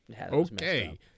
okay